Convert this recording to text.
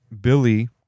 Billy